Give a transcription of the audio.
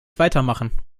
weitermachen